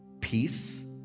peace